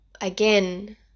again